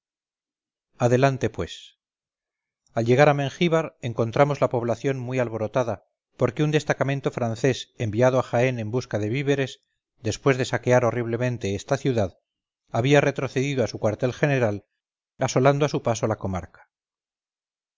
adelante pues al llegar a mengíbar encontramos la población muy alborotada porque un destacamento francés enviado a jaén en busca de víveres después de saquear horriblemente esta ciudad habíaretrocedido a su cuartel general asolando a su paso la comarca